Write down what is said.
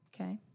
okay